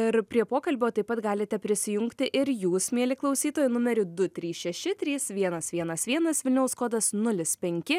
ir prie pokalbio taip pat galite prisijungti ir jūs mieli klausytojai numeriu du trys šeši trys vienas vienas vienas vilniaus kodas nulis penki